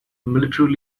military